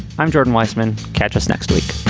i'm jordan weisman. catch us next week